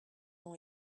ont